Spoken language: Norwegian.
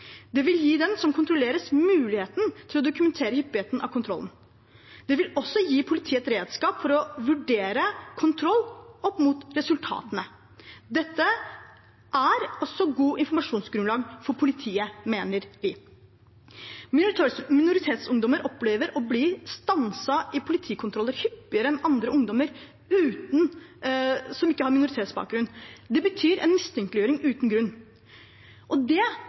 Det vil gi dem som kontrolleres, muligheten til å dokumentere hyppigheten av kontrollen. Det vil også gi politiet et redskap for å vurdere kontroll opp mot resultatene. Dette mener vi er et godt informasjonsgrunnlag for politiet. Minoritetsungdommer opplever å bli stanset i politikontroller hyppigere enn andre ungdommer som ikke har minoritetsbakgrunn. Det betyr en mistenkeliggjøring uten grunn. Det kan skape utenforskap, slitasje og